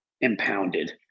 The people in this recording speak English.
impounded